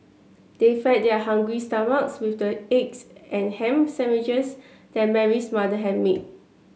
they fed their hungry stomachs with the eggs and ham sandwiches that Mary's mother had made